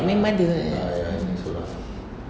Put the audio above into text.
like my mother like that mm hmm